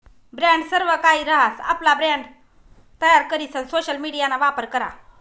brand सर्वकाहि रहास, आपला ब्रँड तयार करीसन सोशल मिडियाना वापर करा